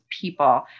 people